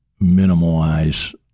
minimize